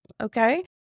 Okay